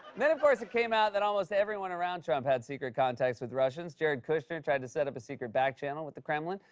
then, of course, it came out that almost everyone around trump had secret contacts with russians. jared kushner tried to set up a secret back channel with the kremlin.